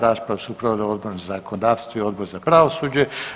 Raspravu su proveli Odbor za zakonodavstvo i Odbor za pravosuđe.